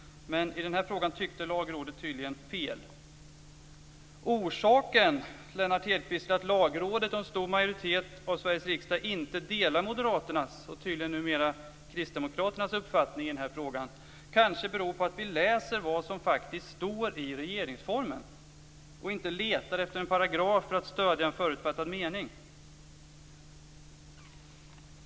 Men i den här frågan tyckte Lagrådet tydligen fel. Orsaken, Lennart Hedquist, till att Lagrådet och en stor majoritet av Sveriges riksdag inte delar moderaternas, och numera tydligen kristdemokraternas, uppfattning i den här frågan kanske är att vi läser vad som faktiskt står i regeringsformen och inte letar efter en paragraf för att stödja en förutfattad mening.